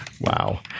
Wow